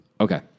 Okay